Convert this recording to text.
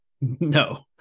No